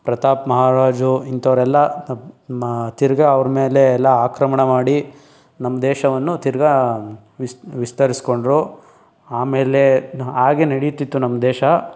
ಪ್ರತಾಪ ಮಹಾರಾಜರು ಇಂಥವ್ರೆಲ್ಲ ತಿರ್ಗ ಅವರ ಮೇಲೆ ಎಲ್ಲ ಆಕ್ರಮಣ ಮಾಡಿ ನಮ್ಮ ದೇಶವನ್ನು ತಿರ್ಗ ವಿಸ್ ವಿಸ್ತರಿಸ್ಕೊಂಡ್ರು ಆಮೇಲೆ ಹಾಗೆ ನಡೆಯುತಿತ್ತು ನಮ ದೇಶ